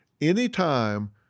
Anytime